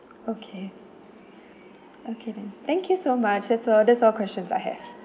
okay okay then thank you so much that's all that's all questions I have